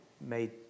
made